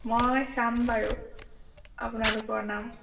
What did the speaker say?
মই চাম বাৰু আপোনালোকৰ নাম